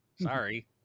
sorry